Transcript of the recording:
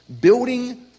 building